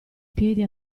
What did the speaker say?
piedi